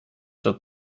dat